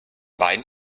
beiden